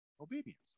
obedience